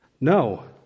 No